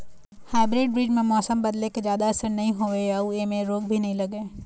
hybrid बीज म मौसम बदले के जादा असर नई होवे अऊ ऐमें रोग भी नई लगे